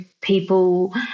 people